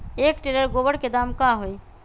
एक टेलर गोबर के दाम का होई?